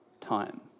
time